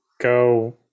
go